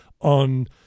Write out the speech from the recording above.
on